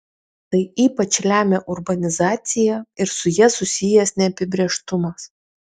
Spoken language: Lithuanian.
tai ypač lemia urbanizacija ir su ja susijęs neapibrėžtumas